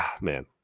man